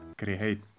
create